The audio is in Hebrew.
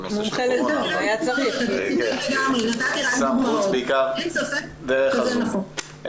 שר החוץ בעיקר דרך הזום.